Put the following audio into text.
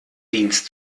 dienst